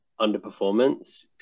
underperformance